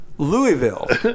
Louisville